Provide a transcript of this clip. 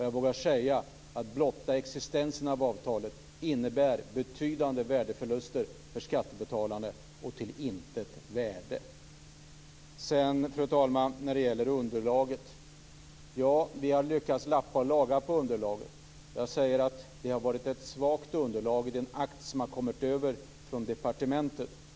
Jag vågar säga att blotta existensen av avtalet innebär betydande värdeförluster för skattebetalarna. Fru talman! Vi har lyckats lappa och laga i underlaget. Jag säger att det har varit ett svagt underlag i den akt som har kommit från departementet.